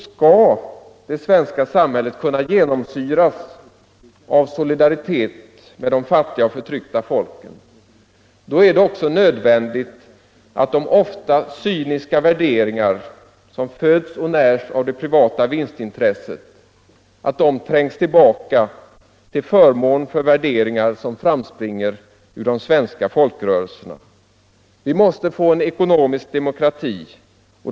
Skall det svenska samhället kunna genomsyras av solidaritet med de fattiga och förtryckta folken, är det också nödvändigt att de ofta cyniska värderingar som föds och närs av det privata vinstintresset trängs tillbaka till förmån för värderingar som framspringer ur de svenska folkrörelserna. Vi måste få en ekonomisk demokrati.